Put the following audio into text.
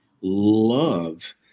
love